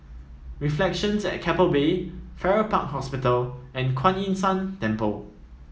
Reflections at Keppel Bay Farrer Park Hospital and Kuan Yin San Temple